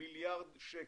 מיליארד שקל.